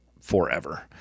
forever